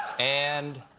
and.